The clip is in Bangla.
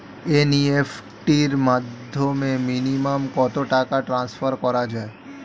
এন.ই.এফ.টি র মাধ্যমে মিনিমাম কত টাকা ট্রান্সফার করা যায়?